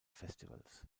festivals